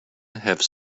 have